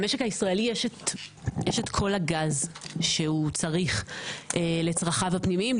למשק הישראלי יש את כל הגז שהוא צריך לצרכיו הפנימיים,